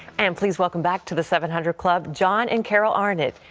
and please welcome back to the seven hundred club john and carol arnott.